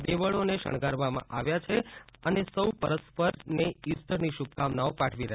દેવળોને શણગારવામાં આવ્યા છે તથા સો પરસ્પરને ઇસ્ટરની શુભેચ્છાઓ પાઠવી હતી